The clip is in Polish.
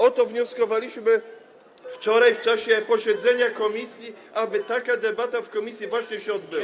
O to wnioskowaliśmy wczoraj w czasie posiedzenia komisji, aby taka debata w komisji właśnie się odbyła.